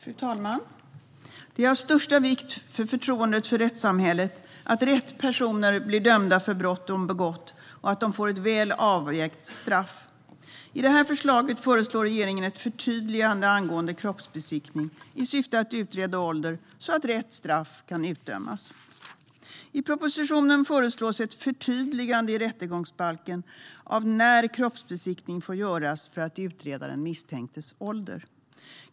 Fru talman! Det är av största vikt för förtroendet för rättssamhället att rätt personer blir dömda för brott de har begått och att de får ett väl avvägt straff. Här föreslår regeringen ett förtydligande angående kroppsbesiktning i syfte att utreda ålder så att rätt straff kan utdömas. I propositionen föreslås ett förtydligande i rättegångsbalken av när kroppsbesiktning får göras för att utreda den misstänktes ålder.